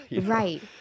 Right